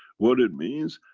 what it means.